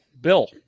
Bill